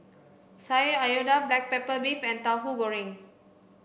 sayur lodeh black pepper beef and tauhu goreng